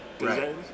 right